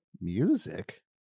music